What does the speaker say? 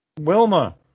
wilma